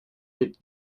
mit